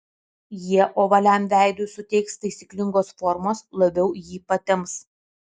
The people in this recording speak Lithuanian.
jie ovaliam veidui suteiks taisyklingos formos labiau jį patemps